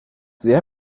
sehr